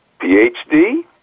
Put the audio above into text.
PhD